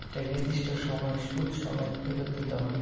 একটা নির্দিষ্ট সময় সুদ সমেত ফেরত দিতে হয়